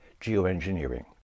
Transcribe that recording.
geoengineering